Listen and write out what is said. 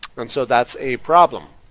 and so that's a problem.